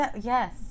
Yes